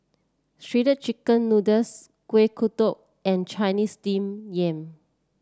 Shredded Chicken Noodles Kuih Kodok and Chinese Steamed Yam